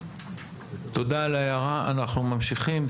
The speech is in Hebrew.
תודה על ההערה, אנחנו ממשיכים.